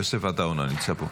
יוסף עטאונה, נמצא פה.